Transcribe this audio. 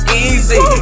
easy